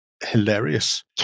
Hilarious